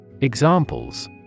Examples